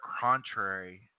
contrary